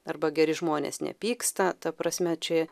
arba geri žmonės nepyksta ta prasme čia